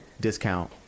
discount